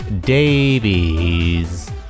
Davies